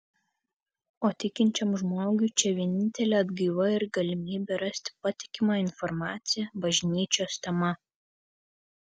o tikinčiam žmogui čia vienintelė atgaiva ir galimybė rasti patikimą informaciją bažnyčios tema